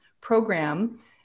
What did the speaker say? Program